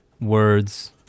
words